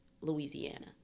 Louisiana